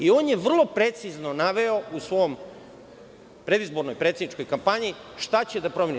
On je vrlo precizno naveo u svojoj predizbornoj predsedničkoj kampanji šta će da promeni.